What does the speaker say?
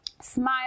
smile